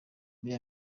mbere